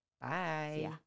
bye